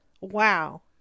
wow